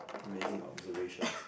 amazing observation